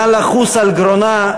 נא לחוס על גרונה,